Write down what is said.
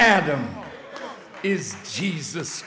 adam is jesus